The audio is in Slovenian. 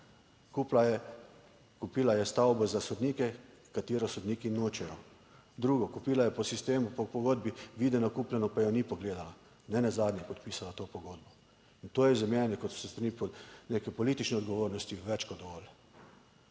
Kupila je, stavbo za sodnike, katero sodniki nočejo. Drugo, kupila je po sistemu, po pogodbi videno, kupljeno, pa je ni pogledala, nenazadnje je podpisala to pogodbo. To je za mene kot s strani neke politične odgovornosti več kot dovolj.